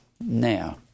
now